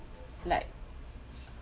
like